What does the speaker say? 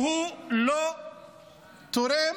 שהוא לא תורם